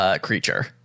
creature